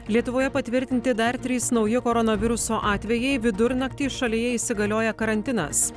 lietuvoje patvirtinti dar trys nauji koronaviruso atvejai vidurnaktį šalyje įsigalioja karantinas